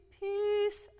peace